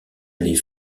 les